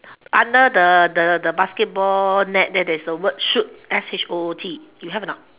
under the the basketball net there there is a word shoot S H O O T you have or not